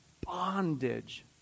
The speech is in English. bondage